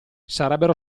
sarebbero